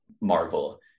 marvel